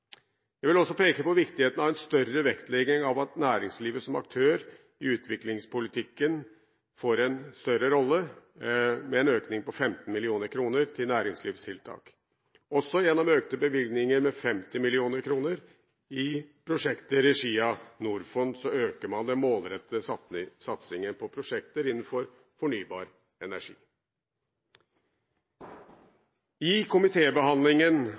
Jeg vil også peke på viktigheten av en større vektlegging av næringslivet som aktør i utviklingspolitikken, med en økning på 15 mill. kr til næringslivstiltak. Også gjennom økte bevilgninger med 50 mill. kr til prosjekter i regi av Norfund øker man den målrettede satsingen på prosjekter innen fornybar